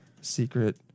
secret